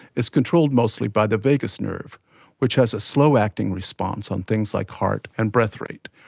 is controlled mostly by the vagus nerve which has a slow-acting response on things like heart and breath rate,